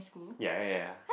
ya ya ya